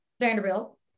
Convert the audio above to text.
Vanderbilt